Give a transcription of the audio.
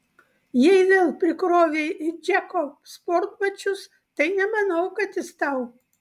jei vėl prikrovei į džeko sportbačius tai nemanau kad jis tau